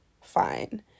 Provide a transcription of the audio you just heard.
fine